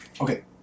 Okay